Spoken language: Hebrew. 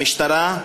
המשטרה,